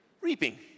reaping